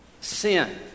sin